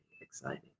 exciting